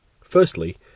Firstly